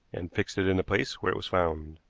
and fixed it in the place where it was found,